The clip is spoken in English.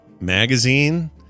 magazine